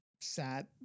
sad